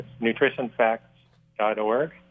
NutritionFacts.org